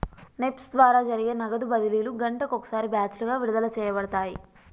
NEFT ద్వారా జరిపే నగదు బదిలీలు గంటకు ఒకసారి బ్యాచులుగా విడుదల చేయబడతాయి